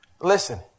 Listen